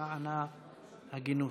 למען ההגינות.